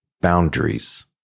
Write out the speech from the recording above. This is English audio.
boundaries